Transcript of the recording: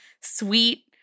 sweet